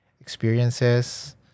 experiences